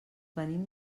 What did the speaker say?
venim